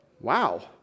wow